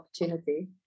opportunity